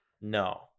No